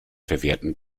verwerten